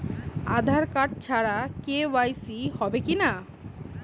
আধার card ছাড়া KYC হবে কিনা?